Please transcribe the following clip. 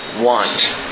want